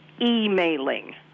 emailing